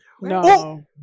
No